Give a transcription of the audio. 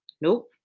Nope